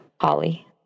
Holly